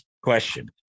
Question